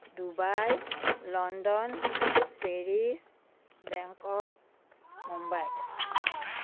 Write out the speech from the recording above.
Dubai London Paris Bangkok Mumbai